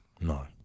No